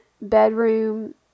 bedroom